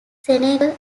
senegal